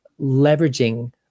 leveraging